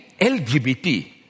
LGBT